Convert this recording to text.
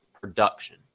production